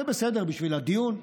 זה בסדר בשביל הדיון.